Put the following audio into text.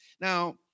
Now